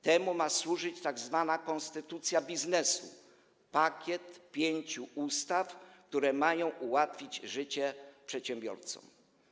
Temu ma służyć tzw. konstytucja biznesu - pakiet 5 ustaw, które mają ułatwić życie przedsiębiorcom.